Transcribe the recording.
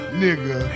nigga